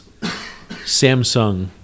Samsung